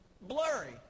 Blurry